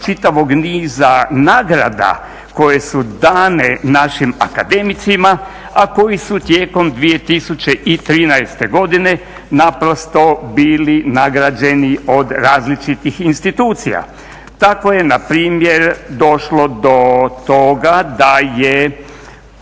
čitavog niza nagrada koje su dane našim akademicima, a koji su tijekom 2013. godine naprosto bili nagrađeni od različitih institucija. Tako je na primjer došlo do toga da je